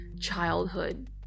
childhood